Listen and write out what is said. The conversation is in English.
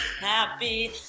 happy